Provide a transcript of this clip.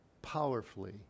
powerfully